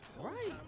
Right